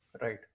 Right